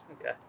Okay